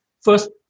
first